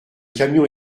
camion